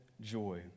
joy